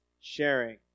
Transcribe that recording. sharing